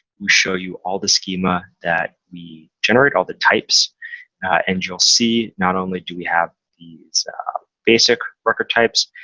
we show you all the schema that we generate, all the types and you'll see not only do we have these basic record types,